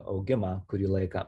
augimą kurį laiką